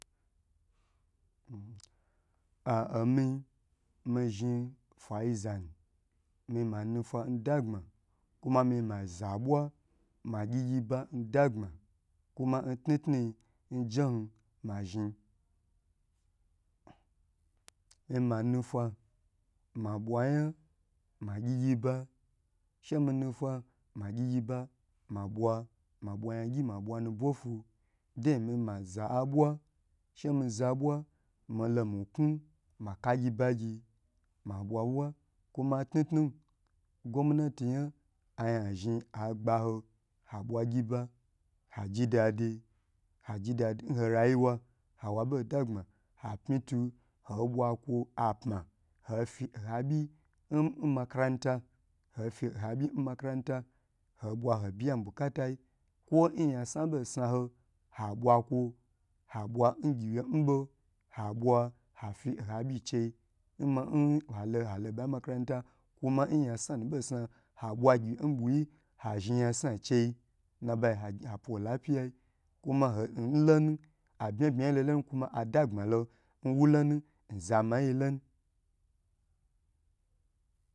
Omi mizhn fa yi zanu mi ma nu fa ndagbma kuma mi ma zadwa magyi gyi ndagbma kuma ntnu-tnu yi njen ma zhn nma nu fa ma bwa yan magyi ygi ba she mi nufa ma gyi gyi ba ma bwa ma bwa yan gyi ma bwa nubwo fu demi ma ze abwa she mi zabwa milo miknu maka gyi ba gyi ma bwa bwa kuma tnu-tnu gomnati yan an ha zhn abwaho an zhn a gba ho ha bwa gyiba aji dadi haji da di nho rayiwa awo bo dagbma hapmi tu ho bwa kwo apma ofi oha byi n n maran ta ofi oha byi nmakaranta ho bwa ho biya nbukatayi kw nyasna bo sna ho ha bwa kwo ha bwa ngyi we nbo habwa hafi oha byi nchei un halo halo bayi nmakranta kuma nyansanu bosa ha bwa gyi wye nbuyi ha zhn yan sna chei nnabayi ha pwo lapia, kuma nn lonu abma bma yi lo lonu kuma adabmalo nwo lonu nzamayi lonu.